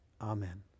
Amen